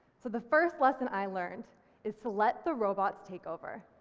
so the first lesson i learned is to let the robots take over,